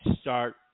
start